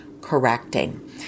Correcting